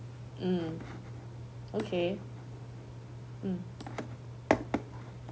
mm okay mm